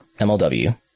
MLW